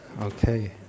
Okay